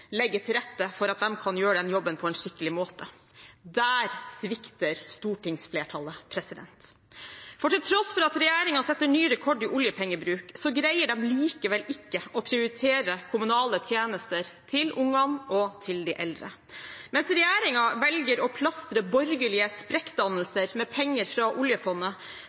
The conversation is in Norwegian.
legge til rette for at de kan gjøre den jobben på en skikkelig måte. Der svikter stortingsflertallet. Til tross for at regjeringen setter ny rekord i oljepengebruk, greier de likevel ikke å prioritere kommunale tjenester til barna og til de eldre. Mens regjeringen velger å plastre borgerlige sprekkdannelser med penger fra oljefondet,